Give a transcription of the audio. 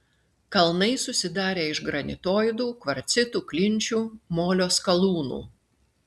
kalnai susidarę iš granitoidų kvarcitų klinčių molio skalūnų